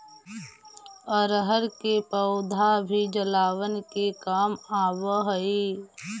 अरहर के पौधा भी जलावन के काम आवऽ हइ